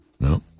No